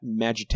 magitech